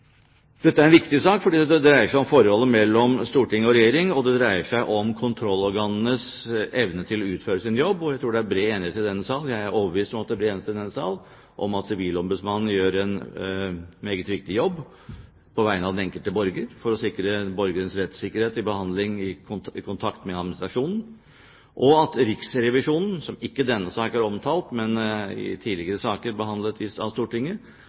Dette er en viktig sak, fordi den dreier seg om forholdet mellom storting og regjering, og den dreier seg om kontrollorganenes evne til å utføre sin jobb. Jeg er overbevist om at det er bred enighet i denne sal om at Sivilombudsmannen gjør en meget viktig jobb på vegne av den enkelte borger, for å sikre borgerens rettssikkerhet i kontakt med administrasjonen, og at Riksrevisjonen – som ikke er omtalt i denne sak, men i tidligere saker behandlet av Stortinget – også utfører kontrolloppgaver som gjør det nødvendig for dem å få innsyn i